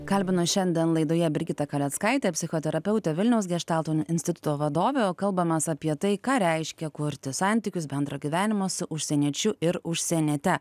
kalbino šiandien laidoje brigita kaleckaitė psichoterapeutė vilniaus geštalto instituto vadove kalbamės apie tai ką reiškia kurti santykius bendrą gyvenimą su užsieniečiu ir užsieniete